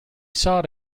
sought